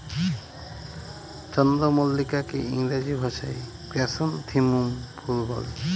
চন্দ্রমল্লিকাকে ইংরেজি ভাষায় ক্র্যাসনথেমুম ফুল বলে